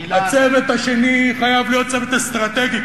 הצוות השני חייב להיות צוות אסטרטגי,